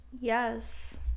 yes